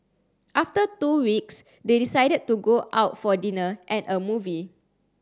after two weeks they decided to go out for dinner and a movie